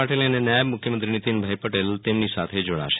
પાટિલ અને નાયબ મુખ્યમંત્રી નિતિનભાઈ પટેલ તેમની સાથે જોડાશે